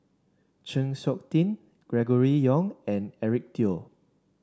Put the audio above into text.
Chng Seok Tin Gregory Yong and Eric Teo